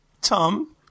Tom